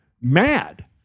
mad